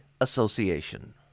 Association